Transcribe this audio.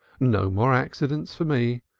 no more accidents for me!